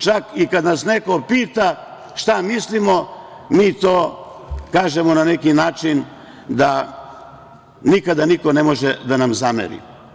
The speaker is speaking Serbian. Čak i kada nas neko pita šta mislimo, mi to kažemo na neki način da nikada niko ne može da nam zameri.